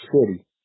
City